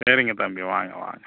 சரிங்க தம்பி வாங்க வாங்க